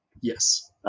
Yes